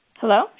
Hello